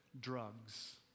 drugs